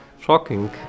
shocking